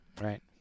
right